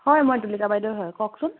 হয় মই তুলিকা বাইদেউৱে হয় কওকচোন